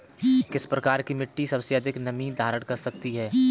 किस प्रकार की मिट्टी सबसे अधिक नमी धारण कर सकती है?